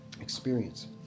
experience